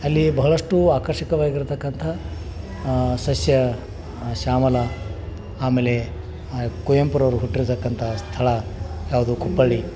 ಅಲ್ಲಿ ಬಹಳಷ್ಟು ಆಕರ್ಷಕವಾಗಿರತಕ್ಕಂಥ ಸಸ್ಯ ಶ್ಯಾಮಲ ಆಮೇಲೆ ಆ ಕುವೆಂಪುರವ್ರ್ ಹುಟ್ಟಿರತಕ್ಕಂಥ ಸ್ಥಳ ಯಾವುದು ಕುಪ್ಪಳ್ಳಿ